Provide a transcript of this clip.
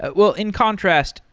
but well, in contrast,